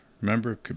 Remember